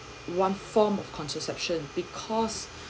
one form of contraception because